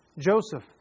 Joseph